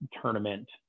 tournament